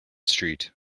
street